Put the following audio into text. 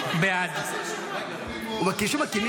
בעד למה הוא מקריא שמות?